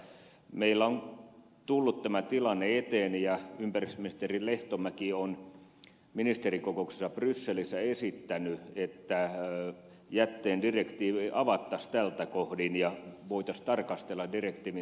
meillä on tullut tämä tilanne eteen ja ympäristöministeri lehtomäki on ministerikokouksessa brysselissä esittänyt että jätteen direktiivi avattaisiin tältä kohdin ja voitaisiin tarkastella direktiivin sisältöä